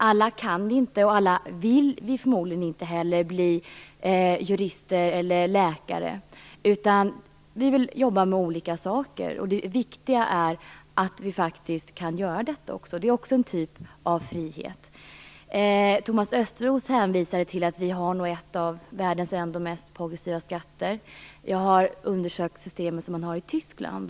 Alla kan vi inte, och alla vill vi förmodligen inte heller, bli jurister eller läkare. Vi vill jobba med olika saker. Det viktiga är att vi faktiskt kan göra detta också. Det är också en typ av frihet. Thomas Östros hänvisade till att vi har ett av världens mest progressiva skattesystem. Jag har undersökt det system man har i Tyskland.